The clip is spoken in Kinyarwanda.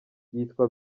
yitwa